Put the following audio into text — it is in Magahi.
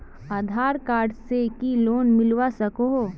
आधार कार्ड से की लोन मिलवा सकोहो?